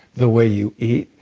the way you eat.